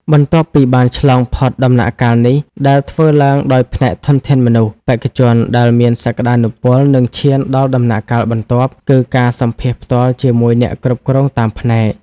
បន្ទាប់ពីបានឆ្លងផុតដំណាក់កាលនេះ ដែលធ្វើឡើងដោយផ្នែកធនធានមនុស្ស បេក្ខជនដែលមានសក្តានុពលនឹងឈានដល់ដំណាក់កាលបន្ទាប់គឺ ការសម្ភាសន៍ផ្ទាល់ជាមួយអ្នកគ្រប់គ្រងតាមផ្នែក។